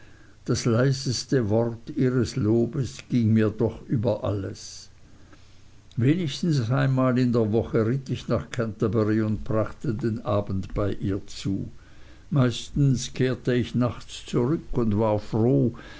das leiseste wort ihres lobes ging mir doch über alles wenigstens einmal in der woche ritt ich nach canterbury und brachte den abend bei ihr zu meistens kehrte ich nachts zurück und war froh